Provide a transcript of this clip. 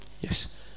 yes